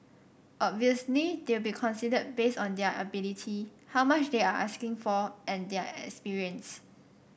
obviously they'll be considered based on their ability how much they are asking for and their experience